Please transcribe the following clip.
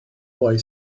boy